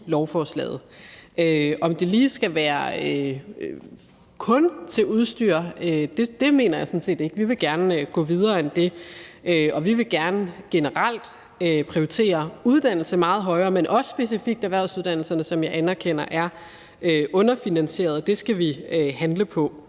At det kun lige skal være til udstyr, mener jeg sådan set ikke. Vi vil gerne gå videre end det, og vi vil gerne generelt prioritere uddannelse meget højere, men også specifikt erhvervsuddannelserne, som jeg anerkender er underfinansierede, og det skal vi handle på.